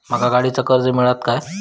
माका गाडीचा कर्ज मिळात काय?